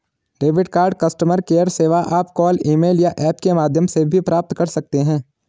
debit card customer care सेवा आप call email या ऐप के माध्यम से भी प्राप्त कर सकते हैं